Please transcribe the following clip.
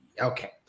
Okay